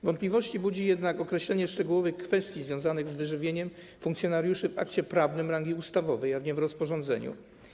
Wątpliwości budzi jednak określenie szczegółowych kwestii związanych z wyżywieniem funkcjonariuszy w akcie prawnym rangi ustawowej, a nie w rozporządzeniu.